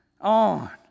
on